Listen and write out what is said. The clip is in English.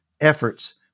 efforts